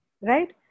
right